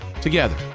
together